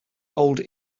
old